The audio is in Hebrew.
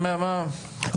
בבקשה,